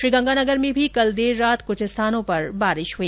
श्रीगंगानगर में कल देर रात कुछ स्थानों पर बारिश हुई